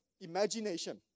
imagination